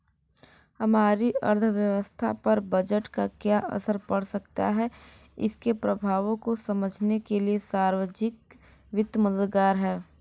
हमारी अर्थव्यवस्था पर बजट का क्या असर पड़ सकता है इसके प्रभावों को समझने के लिए सार्वजिक वित्त मददगार है